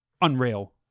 unreal